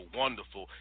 wonderful